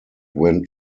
went